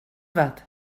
yfed